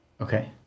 Okay